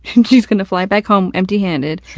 and she's gonna fly back home empty-handed.